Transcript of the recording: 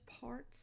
parts